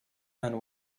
and